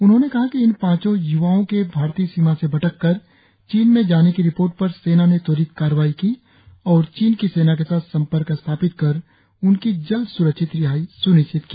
उन्होंने कहा कि इन पांचो युवाओ के भारतीय सीमा से भटक कर चीन में जाने की रिपोर्ट पर सेना ने त्वरित कार्रवाई की और चीन की सेना के साथ संपर्क स्थापित कर उनकी जल्द सुरक्षित रिहाई सुनिश्चित किया